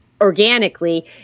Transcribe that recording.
organically